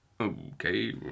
Okay